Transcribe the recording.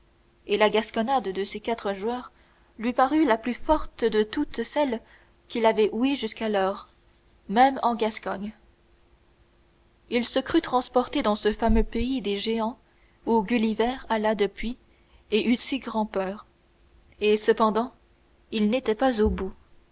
et la gasconnade de ces quatre joueurs lui parut la plus forte de toutes celles qu'il avait ouïes jusqu'alors même en gascogne il se crut transporté dans ce fameux pays des géants où gulliver alla depuis et eut si grand-peur et cependant il n'était pas au bout